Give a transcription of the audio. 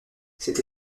cette